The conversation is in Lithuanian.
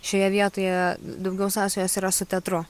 šioje vietoje daugiau sąsajos yra su teatru